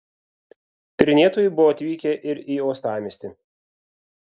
tyrinėtojai buvo atvykę ir į uostamiestį